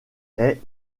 est